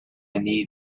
need